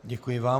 Děkuji vám.